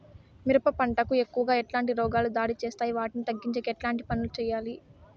మిరప పంట కు ఎక్కువగా ఎట్లాంటి రోగాలు దాడి చేస్తాయి వాటిని తగ్గించేకి ఎట్లాంటి పనులు చెయ్యాలి?